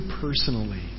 personally